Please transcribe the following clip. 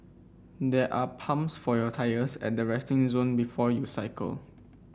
there are pumps for your tyres at the resting zone before you cycle